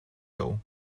low